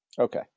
Okay